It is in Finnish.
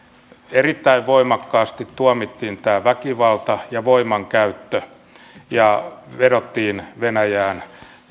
erittäin voimakkaasti tuomittiin tämä väkivalta ja voimankäyttö ja vedottiin venäjään